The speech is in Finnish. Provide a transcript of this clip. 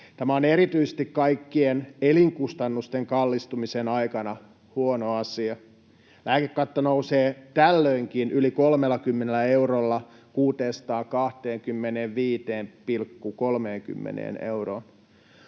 Tämä on erityisesti kaikkien elinkustannusten kallistumisen aikana huono asia. Lääkekatto nousee tällöinkin yli 30 eurolla, 625,30 euroon.